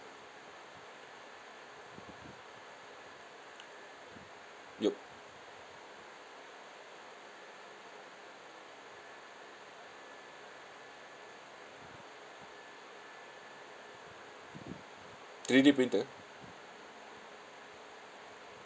yup three D printer